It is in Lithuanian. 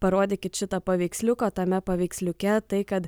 parodykit šitą paveiksliuką o tame paveiksliuke tai kad